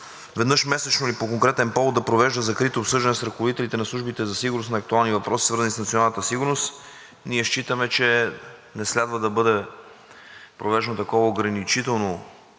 веднъж месечно или по конкретен повод да провежда закрито обсъждане с ръководителите на службите за сигурност на актуални въпроси, свързани с националната сигурност. Ние считаме, че не следва да бъде провеждано такова ограничително